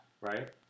right